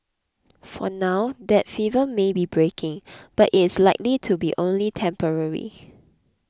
for now that fever may be breaking but it's likely to be only temporary